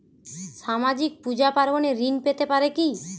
সামাজিক পূজা পার্বণে ঋণ পেতে পারে কি?